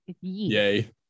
Yay